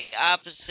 opposite